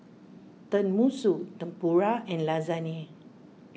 Tenmusu Tempura and Lasagne